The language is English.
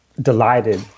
delighted